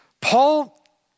Paul